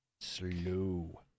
Slow